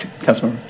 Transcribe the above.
Councilmember